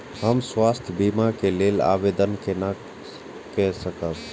हम स्वास्थ्य बीमा के लेल आवेदन केना कै सकब?